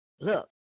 look